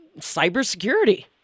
cybersecurity